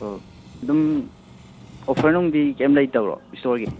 ꯑꯗꯨꯝ ꯑꯣꯐꯔꯅꯨꯡꯗꯤ ꯀꯔꯤꯝ ꯂꯩꯇꯕ꯭ꯔꯣ ꯏꯁꯇꯣꯔꯒꯤ